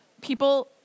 People